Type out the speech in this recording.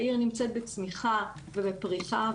העיר נמצאת בצמיחה ובפריחה,